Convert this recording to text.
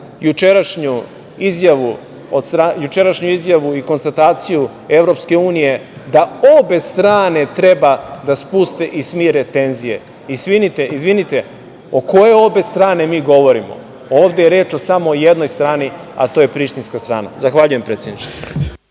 jučerašnju izjavu i konstataciju EU, da obe strane treba da spuste i smire tenzije. Izvinite, o koje obe strane mi govorimo? Ovde je reč o samo jednoj strani, a to je Prištinska strana. Zahvaljujem. **Ivica